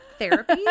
Therapy